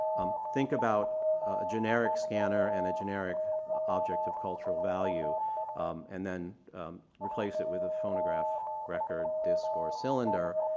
um think about a generic scanner and a generic object of cultural value and then replace it with a phonograph record, disc, or a cylinder.